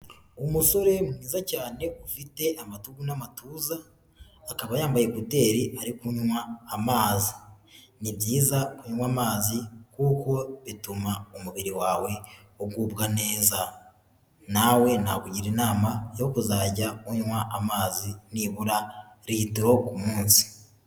Umusore mwiza cyane ufite amatugu n'amatuza, akaba yambaye ekuteri ari kunywa amazi, ni byiza kunywa amazi kuko bituma umubiri wawe ugubwa neza, na we nakugira inama yo kuzajya unywa amazi nibura litiro ku munsi.